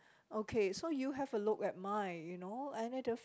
okay so you have a look at mine you know any difference